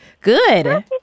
Good